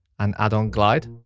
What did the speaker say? and add on glide.